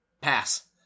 pass